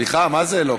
היא לא כאן.